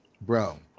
Bro